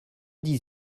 dix